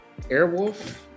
Airwolf